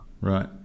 Right